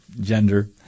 gender